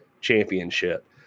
Championship